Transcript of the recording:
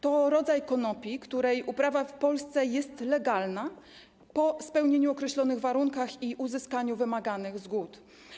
To jest rodzaj konopi, których uprawa w Polsce jest legalna po spełnieniu określonych warunków i uzyskaniu wymaganych zgód.